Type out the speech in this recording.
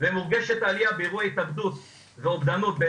ומורגשת העלייה באירועי ההתאבדות ואובדנות של